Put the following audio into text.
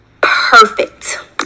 Perfect